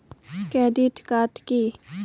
Credit card key?